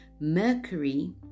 Mercury